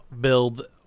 build